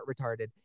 retarded